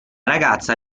ragazza